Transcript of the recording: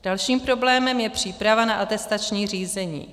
Dalším problémem je příprava na atestační řízení.